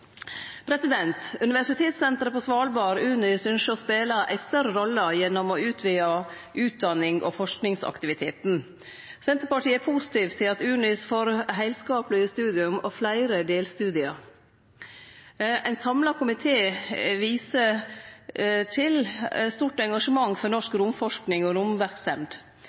Universitetssenteret på Svalbard, UNIS, ynskjer å spele ei større rolle gjennom å utvide utdannings- og forskingsaktiviteten. Senterpartiet er positiv til at UNIS får heilskaplege studium og fleire delstudium. Ein samla komité viser til stort engasjement for norsk romforsking og romverksemd.